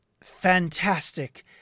Fantastic